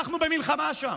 אנחנו במלחמה שם.